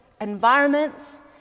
environments